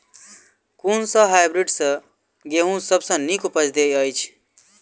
कुन सँ हायब्रिडस गेंहूँ सब सँ नीक उपज देय अछि?